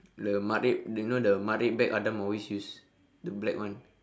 the matrep you know the matrep bag adam always use the black one